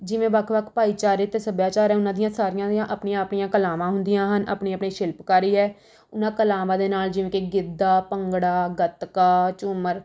ਜਿਵੇਂ ਵੱਖ ਵੱਖ ਭਾਈਚਾਰੇ ਅਤੇ ਸੱਭਿਆਚਾਰ ਹੈ ਉਨ੍ਹਾਂ ਦੀਆਂ ਸਾਰਿਆਂ ਦੀਆਂ ਆਪਣੀਆਂ ਆਪਣੀਆਂ ਕਲਾਵਾਂ ਹੁੰਦੀਆਂ ਹਨ ਆਪਣੀ ਆਪਣੀ ਸ਼ਿਲਪਕਾਰੀ ਹੈ ਉਨ੍ਹਾਂ ਕਲਾਵਾਂ ਦੇ ਨਾਲ ਜਿਵੇਂ ਕਿ ਗਿੱਧਾ ਭੰਗੜਾ ਗੱਤਕਾ ਝੂੰਮਰ